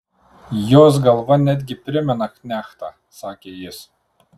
jos galva netgi primena knechtą sakė jis